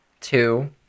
two